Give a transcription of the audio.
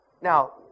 now